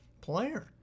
player